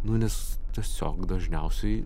nu nes tiesiog dažniausiai